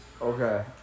Okay